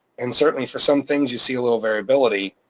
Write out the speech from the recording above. and certainly for some things, you see a little variability,